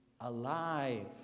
alive